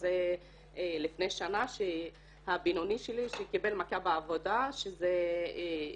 לפני שנה הבינוני שלי שקיבל מכה בעבודה אישפזו